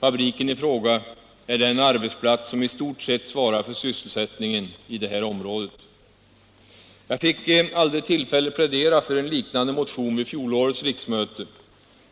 Fabriken i fråga är den arbetsplats som i stort sett svarar för sysselsättningen i detta område. Jag fick aldrig tillfälle att plädera för en liknande motion vid fjolårets riksmöte.